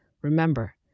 Remember